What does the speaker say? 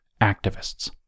activists